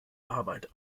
arbeit